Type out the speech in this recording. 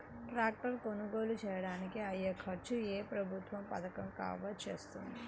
Tractor కొనుగోలు చేయడానికి అయ్యే ఖర్చును ఏ ప్రభుత్వ పథకం కవర్ చేస్తుంది?